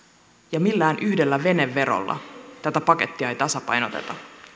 ja millään yhdellä veneverolla tätä pakettia ei tasapainoteta